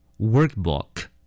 workbook